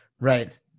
right